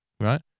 right